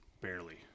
barely